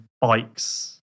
bikes